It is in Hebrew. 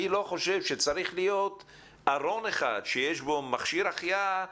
אני לא חושב שצריך להיות ארון אחד שיש בו מכשיר החייאה